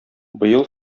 быел